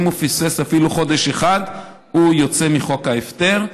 אם הוא פספס אפילו חודש אחד, הוא יוצא מחוק ההפטר,